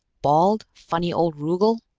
bald, funny old rugel,